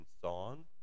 song